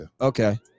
Okay